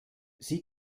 sie